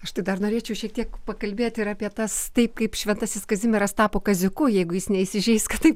aš tai dar norėčiau šiek tiek pakalbėti ir apie tas taip kaip šventasis kazimieras tapo kaziuku jeigu jis neįsižeis kad taip